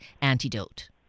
antidote